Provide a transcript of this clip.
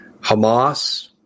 Hamas